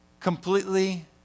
completely